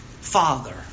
father